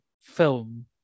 film